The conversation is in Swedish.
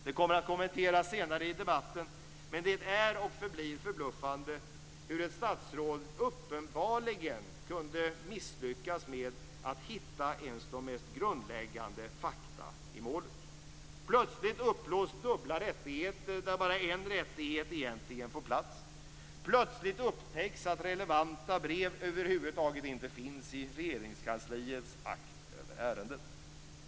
Det kommer att kommenteras senare i debatten, men det är och förblir förbluffande hur ett statsråd uppenbarligen kunde misslyckas med att hitta ens de mest grundläggande fakta i målet. Plötsligt upplåts dubbla rättigheter där bara en rättighet egentligen får plats. Plötsligt upptäcks att relevanta brev över huvud taget inte finns i Regeringskansliets akt över ärendet.